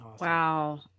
Wow